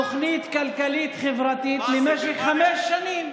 תוכנית כלכלית-חברתית לחמש שנים.